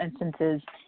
instances